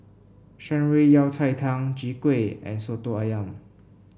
Shan Rui Yao Cai Tang Chwee Kueh and soto ayam